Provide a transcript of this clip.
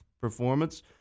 performance